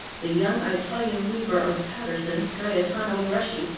the young italian weaver of paterson, gaetano bresci,